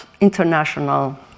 international